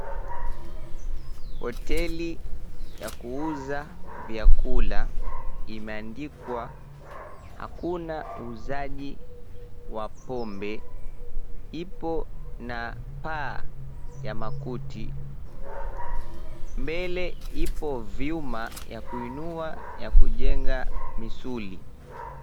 Hoteli ya kuuza vyakula imeandikwa "Hakuna uuzaji wa pombe," ipo na paa ya makuti. Mbele ipo vyuma ya kuinua ya kujenga misuli.